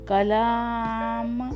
Kalam